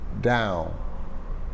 down